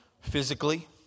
physically